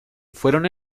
fueron